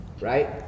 Right